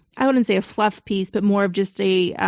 i wouldn't say a fluff piece, but more of just a